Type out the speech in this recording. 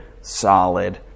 solid